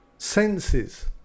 senses